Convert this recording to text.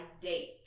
date